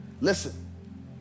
Listen